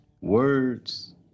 words